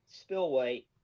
spillway